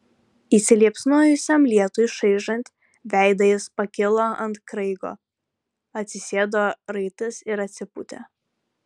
įsiliepsnojusiam lietui čaižant veidą jis pakilo ant kraigo atsisėdo raitas ir atsipūtė